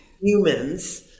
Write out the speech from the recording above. humans